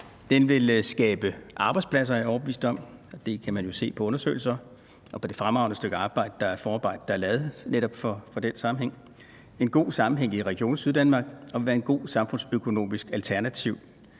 Den ville skabe arbejdspladser, er jeg overbevist om. Det kan man jo se på undersøgelser her og på det fremragende stykke forarbejde, der er lavet netop i den sammenhæng. Den ville skabe en god sammenhæng i Region Syddanmark og ville være et godt samfundsøkonomisk alternativ